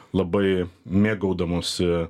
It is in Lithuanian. labai mėgaudamosi